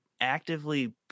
actively